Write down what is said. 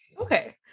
Okay